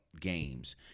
games